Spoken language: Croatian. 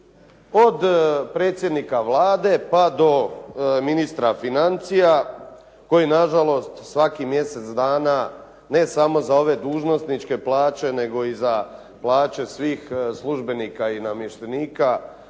od predsjednika Vlade pa do ministra financija koji na žalost svakih mjesec dana ne samo za ove dužnosničke plaće, nego i za plaće svih službenika i namještenika